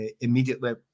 immediately